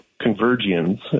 convergence